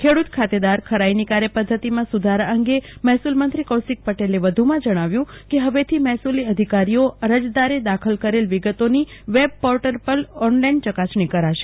ખેડુત ખાતેદાર ખરાઈની કાર્યપધ્ધતિમાં સુધારા અંગે મહેસુલમંત્રી કૌશિક પટેલે જણાવ્યુ કે હવેથી મહેસુલી અધિકારીઓ અરજદારે દાખલ કરેલ વિગતોની વેબપોર્ટલ પર ઓનલાઈન ચકાસણી કરાશે